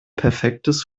perfektes